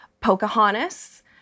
Pocahontas